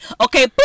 okay